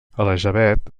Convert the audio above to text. elisabet